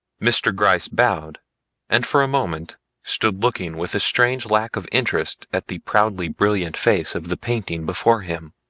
mr. gryce bowed and for a moment stood looking with a strange lack of interest at the proudly brilliant face of the painting before him,